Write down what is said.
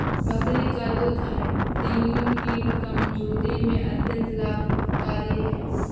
बकरी का दूध हड्डियों की कमजोरी में अत्यंत लाभकारी है